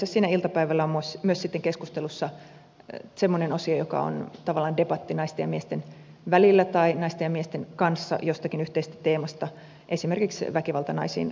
yleensä iltapäivällä on myös sitten keskustelussa semmoinen osio joka on tavallaan debatti naisten ja miesten välillä tai naisten ja miesten kanssa jostakin yhteisestä teemasta esimerkiksi naisiin kohdistuvasta väkivallasta